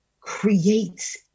creates